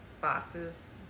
boxes